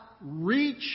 reach